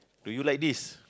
do you like this